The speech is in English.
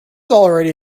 already